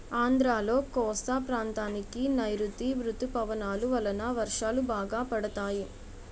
ఆంధ్రాలో కోస్తా ప్రాంతానికి నైరుతీ ఋతుపవనాలు వలన వర్షాలు బాగా పడతాయి